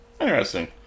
Interesting